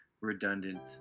redundant